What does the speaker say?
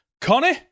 Connie